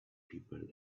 people